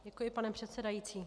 Děkuji, pane předsedající.